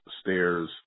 stairs